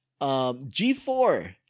G4